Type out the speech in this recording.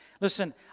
Listen